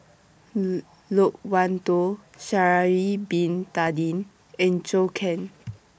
Loke Wan Tho Sha'Ari Bin Tadin and Zhou Can